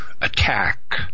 attack